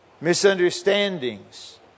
misunderstandings